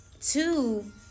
two